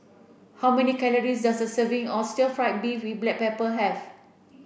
how many calories does a serving of stir fried beef with black pepper have